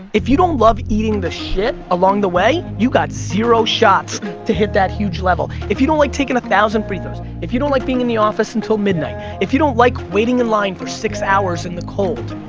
if you don't love eating the shit along the way, you got zero shots to hit that huge level. if you don't like takin' a thousand free throws, if you don't like being in the office until midnight, if you don't like waiting in line for six hours in the cold,